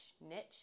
niche